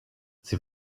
sie